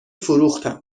فروختم